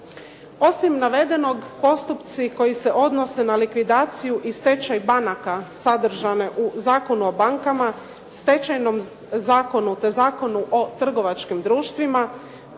Osim navedenog postupci koji se odnose na likvidaciju i stečaj banaka sadržane u Zakonu o bankama, Stečajnom zakonu, te Zakonu o trgovačkim društvima